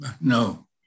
No